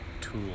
tool